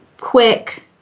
quick